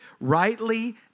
rightly